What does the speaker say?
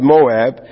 Moab